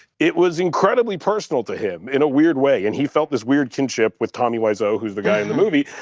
it was incredibly personal to him in a weird way and he felt this weird kinship with tommy wiseau who's the guy in the movie,